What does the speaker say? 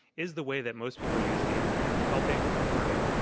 is the way that most people use the internet helping or hurting?